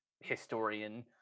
historian